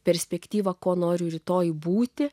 perspektyvą ko noriu rytoj būti